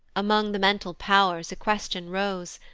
among the mental pow'rs a question rose,